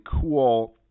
cool